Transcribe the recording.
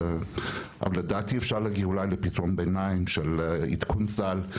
אבל לדעתי אפשר להגיע אולי לפתרון ביניים של עדכון סל.